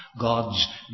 God's